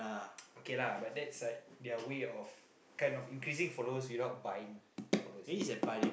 okay lah but that's like their way of kind of increasing followers without buying followers